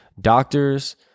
doctors